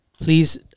Please